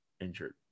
injured